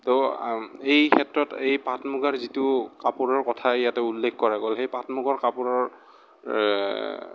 ত' এই ক্ষেত্ৰত এই পাটমুগাৰ যিটো কাপোৰৰ কথা ইয়াতে উল্লেখ কৰা গ'ল সেই পাট মুগাৰ কাপোৰৰ